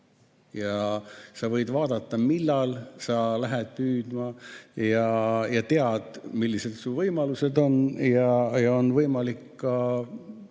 sa võid vaadata, millal sa lähed püüdma, ja tead, millised su võimalused on. On võimalik ka